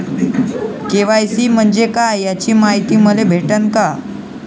KYC म्हंजे काय याची मायती मले भेटन का?